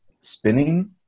spinning